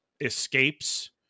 escapes